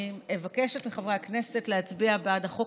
אני מבקשת מחברי הכנסת להצביע בעד החוק